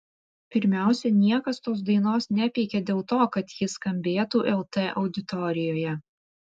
pirmiausia niekas tos dainos nepeikė dėl to kad ji skambėtų lt auditorijoje